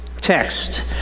text